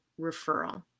referral